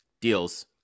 deals